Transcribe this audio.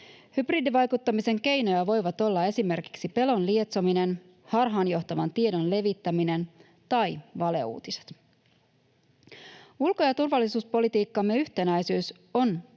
Hybridivaikuttamisen keinoja voivat olla esimerkiksi pelon lietsominen, harhaanjohtavan tiedon levittäminen tai valeuutiset. Ulko‑ ja turvallisuuspolitiikkamme yhtenäisyys on